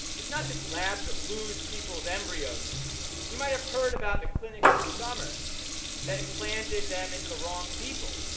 it's not just labs that lose people's embryos you might have heard about the clinic this summer that implanted them into the wrong people.